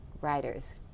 riders